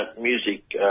music